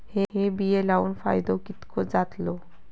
हे बिये लाऊन फायदो कितको जातलो?